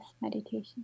meditation